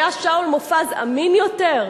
היה שאול מופז אמין יותר?